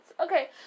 Okay